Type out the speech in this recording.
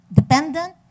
dependent